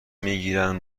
میگیرند